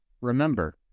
remember